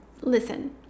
listen